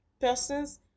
persons